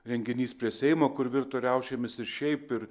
renginys prie seimo kur virto riaušėmis ir šiaip ir